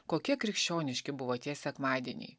kokie krikščioniški buvo tie sekmadieniai